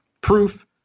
proof